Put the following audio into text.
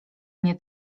mnie